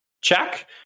Check